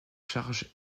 charge